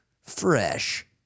Fresh